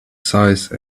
size